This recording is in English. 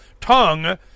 tongue